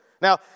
Now